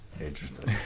interesting